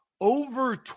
over